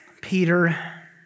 Peter